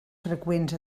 freqüents